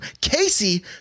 Casey